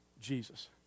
Jesus